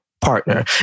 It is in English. partner